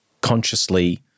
consciously